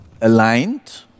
aligned